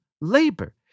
labor